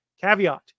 Caveat